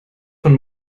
von